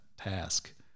task